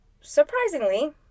surprisingly